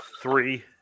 three